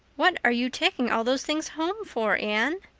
what are you taking all those things home for, anne?